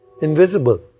Invisible